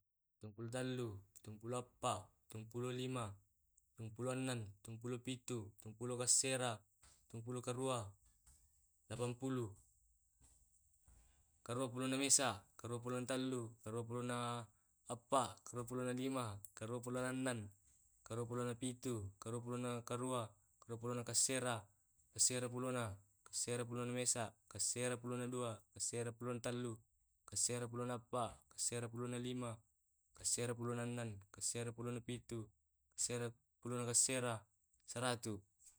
Tupulo tallu, pitumpulo eppa, pitumpulo lima, pitumpulo ennen, pitumpulo pitu, pitumpulo kasera, pitumpulo karua, lapanpuluh, karua pulona mesa, karua pulona tallu, karua pulona eppa, karua pulona lima, karua pulona annen, karua pulona pitu, karua pulona karua, karua pulona kassera, kaserapulona, kaserapulona mesa, kaserapulona dua, kaserapulona tallu, kasera pulona eppa, kaserapulona lima, kaserapulona ennen, kaserapulona pitu, kaserapulona kasera, seratu.